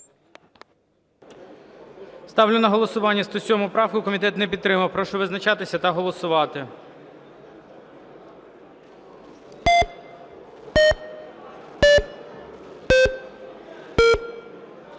Ставлю на голосування 107 правку. Комітет не підтримав. Прошу визначатися та голосувати.